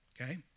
okay